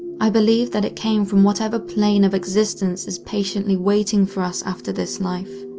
i believe that it came from whatever plane of existence is patiently waiting for us after this life.